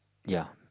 ya